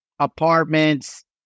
apartments